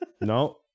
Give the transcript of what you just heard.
No